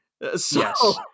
Yes